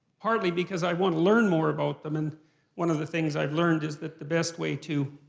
partly because i want to learn more about them, and one of the things i've learned is that the best way to